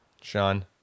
Sean